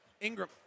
Ingram